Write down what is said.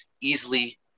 easily